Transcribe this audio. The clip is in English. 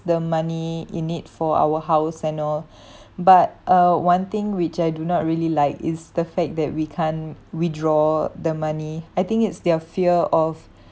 the money in it for our house and all but uh one thing which I do not really like is the fact that we can't withdraw the money I think it's their fear of